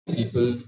people